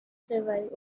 survived